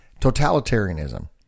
totalitarianism